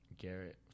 Garrett